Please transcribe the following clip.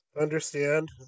understand